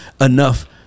enough